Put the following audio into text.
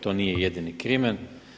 To nije jedini krimen.